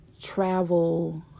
travel